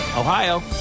Ohio